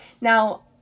now